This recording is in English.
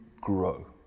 grow